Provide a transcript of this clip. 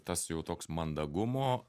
tas jau toks mandagumo